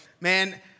man